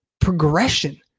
Progression